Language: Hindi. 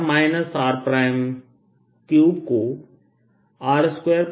r r